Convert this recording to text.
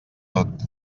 tot